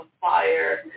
fire